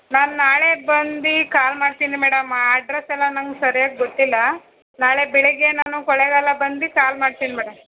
ನಾನು ನಾಳೆ ಬಂದು ಕಾಲ್ ಮಾಡ್ತೀನಿ ಮೇಡಮ್ ಆ ಅಡ್ರೆಸ್ ಎಲ್ಲ ನಂಗೆ ಸರಿಯಾಗಿ ಗೊತ್ತಿಲ್ಲ ನಾಳೆ ಬೆಳಿಗ್ಗೆ ನಾನು ಕೊಳ್ಳೇಗಾಲ ಬಂದು ಕಾಲ್ ಮಾಡ್ತೀನಿ ಮೇಡಮ್